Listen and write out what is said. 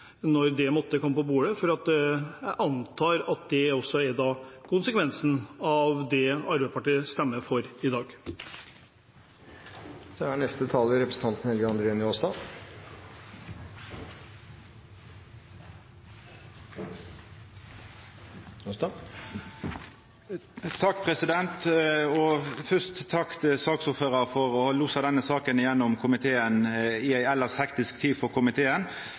når det måtte komme på bordet. Jeg antar det er konsekvensen av det Arbeiderpartiet stemmer for i dag. Først takk til saksordføraren for å ha losa denne saka gjennom i komiteen i ei elles hektisk tid for komiteen.